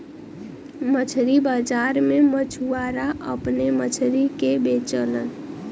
मछरी बाजार में मछुआरा अपने मछरी के बेचलन